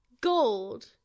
Gold